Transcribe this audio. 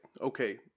Okay